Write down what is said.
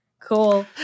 Cool